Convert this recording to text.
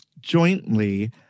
jointly